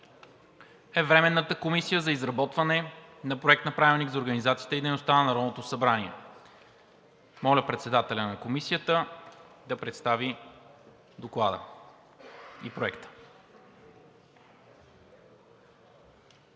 е Временната комисия за изработване на Проект на правилник за организацията и дейността на Народното събрание. Моля председателят на Комисията да представи Доклада.